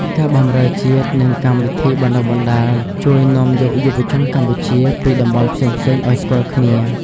ការបម្រើជាតិ និងកម្មវិធីបណ្តុះបណ្តាលជួយនាំយកយុវជនកម្ពុជាពីតំបន់ផ្សេងៗឱ្យស្គាល់គ្នា។